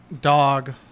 Dog